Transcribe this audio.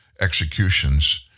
executions